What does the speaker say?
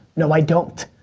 no i don't.